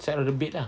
side of the bed lah